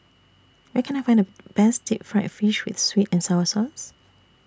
Where Can I Find The Best Deep Fried Fish with Sweet and Sour Sauce